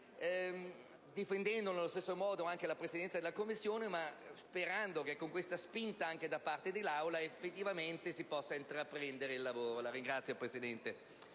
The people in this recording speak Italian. difendendo nello stesso modo la Presidenza della Commissione, ma sperando che con questa spinta da parte dell'Assemblea effettivamente si possa intraprendere il lavoro. **Discussione